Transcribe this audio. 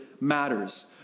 matters